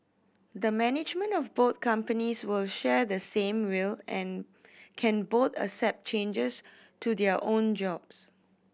the management of both companies will share the same will and can both accept changes to their own jobs